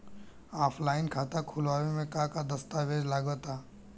Offline खाता खुलावे म का का दस्तावेज लगा ता?